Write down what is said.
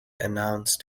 announced